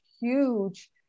huge